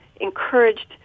encouraged